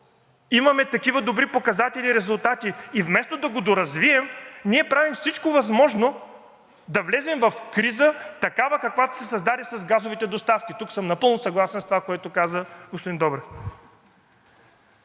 имаме такива добри показатели и резултати, и вместо да го доразвием, ние правим всичко възможно да влезем в такава криза, каквато се създаде с газовите доставки. Тук съм напълно съгласен с това, което каза господин Добрев.